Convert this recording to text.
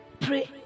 Pray